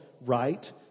right